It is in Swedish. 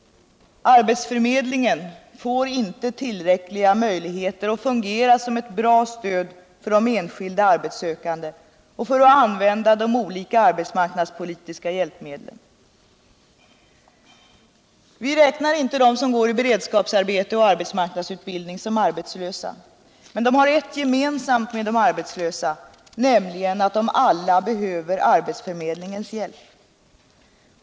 Arbetsförmedlingen får inte tillräckliga möjligheter att fungera som ett bra stöd för enskilda arbetssökande och för att använda de olika arbetsmarknadspoliuska hjälpmedlen. Vi räknar inte dem som går i beredskapsarbeten och arbetsmarknadsut bildning som arbetslösa. Men de har ett gemensamt med de arbetslösa, nämligen att de alla behöver arbetsförmedlingens hjälp.